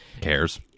Cares